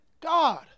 God